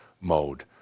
mode